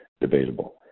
debatable